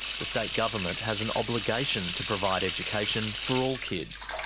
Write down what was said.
the state government has an obligation to provide education for all kids,